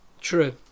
True